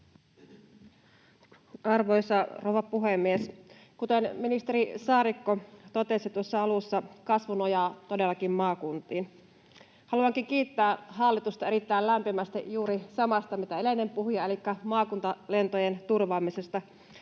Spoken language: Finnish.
Arvoisa rouva puhemies! Kuten ministeri Saarikko totesi tuossa alussa, kasvu nojaa todellakin maakuntiin. Haluankin kiittää hallitusta erittäin lämpimästi juuri samasta kuin edellinen puhuja, elikkä maakuntalentojen turvaamisesta.